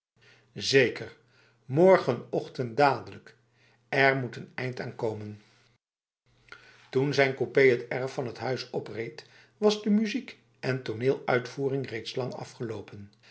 zeker morgenochtend dadelijk er moet een eind aan komen toen zijn coupé het erf van zijn huis opreed was de muziek en toneeluitvoering reeds lang afgelopen